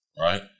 right